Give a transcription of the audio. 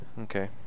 Okay